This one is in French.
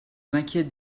m’inquiète